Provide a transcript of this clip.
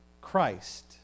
Christ